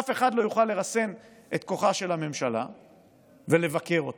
אף אחד לא יוכל לרסן את כוחה של הממשלה ולבקר אותה,